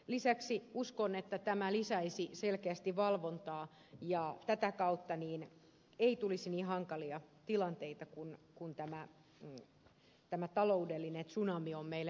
lisäksi uskon että tämä lisäisi selkeästi valvontaa ja tätä kautta ei tulisi niin hankalia tilanteita kuin tämä taloudellinen tsunami on meille aiheuttanut